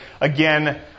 again